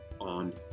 on